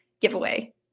giveaway